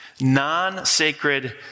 non-sacred